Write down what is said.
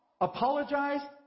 apologize